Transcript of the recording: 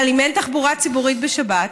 אבל אם אין תחבורה ציבורית בשבת,